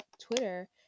twitter